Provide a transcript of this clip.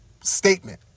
statement